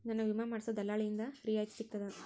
ನನ್ನ ವಿಮಾ ಮಾಡಿಸೊ ದಲ್ಲಾಳಿಂದ ರಿಯಾಯಿತಿ ಸಿಗ್ತದಾ?